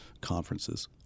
conferences